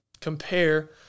compare